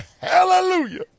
Hallelujah